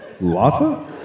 Lava